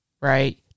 Right